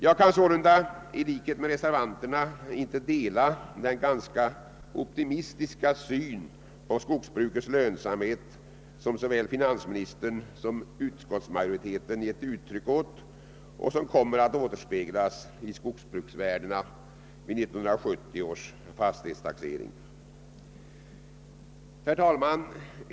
Jag kan sålunda i likhet med reservanterna inte dela den ganska optimistiska syn på skogsbrukets lönsamhet, som såväl finansministern som utskottsmajoriteten gett uttryck åt och som kommer att återspeglas i skogsbruksvärdena vid 1970 års fastighetstaxering. Herr talman!